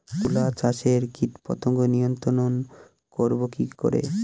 তুলা চাষে কীটপতঙ্গ নিয়ন্ত্রণর করব কি করে?